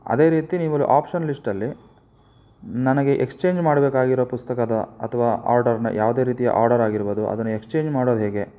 ಅದೇ ರೀತಿ ನೀವಲ್ಲಿ ಆಪ್ಷನ್ ಲಿಸ್ಟಲ್ಲಿ ನನಗೆ ಎಕ್ಸ್ಚೇಂಜ್ ಮಾಡಬೇಕಾಗಿರೋ ಪುಸ್ತಕದ ಅಥವಾ ಆರ್ಡರಿನ ಯಾವುದೇ ರೀತಿಯ ಆರ್ಡರ್ ಆಗಿರ್ಬೋದು ಅದನ್ನು ಎಕ್ಸ್ಚೇಂಜ್ ಮಾಡೋದು ಹೇಗೆ